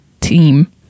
team